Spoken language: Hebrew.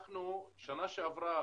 אנחנו בשנה שעברה,